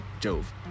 Jove